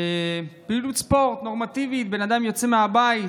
פעילות ספורט נורמטיבית, בן אדם יוצא מהבית,